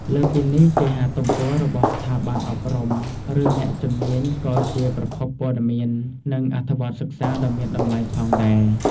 លើសពីនេះ គេហទំព័ររបស់ស្ថាប័នអប់រំ ឬអ្នកជំនាញក៏ជាប្រភពព័ត៌មាន និងអត្ថបទសិក្សាដ៏មានតម្លៃផងដែរ។